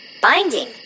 binding